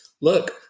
look